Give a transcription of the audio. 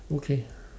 okay